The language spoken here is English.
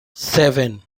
seven